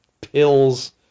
Pills